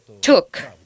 took